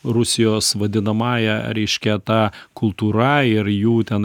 rusijos vadinamąja reiškia ta kultūra ir jų ten